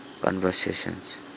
conversations